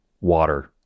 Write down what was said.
water